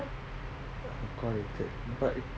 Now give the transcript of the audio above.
காடிக்கு:gaadikku but